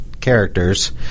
characters